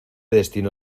destino